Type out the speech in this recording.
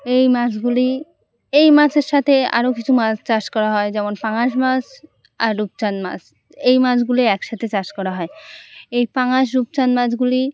এই মাছগুলি এই মাছের সাথে আরও কিছু মাছ চাষ করা হয় যেমন পাঙাশ মাছ আর রূপচাঁদ মাছ এই মাছগুলি একসাথে চাষ করা হয় এই পাঙাশ রূপচাঁদ মাছগুলি